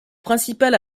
principal